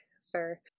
sir